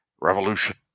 revolution